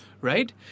Right